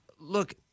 Look